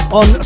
on